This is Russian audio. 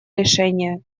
решения